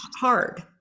hard